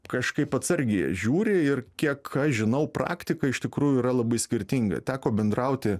kažkaip atsargiai jie žiūri ir kiek aš žinau praktika iš tikrųjų yra labai skirtinga teko bendrauti